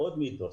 עוד מיתוס.